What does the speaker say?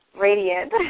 radiant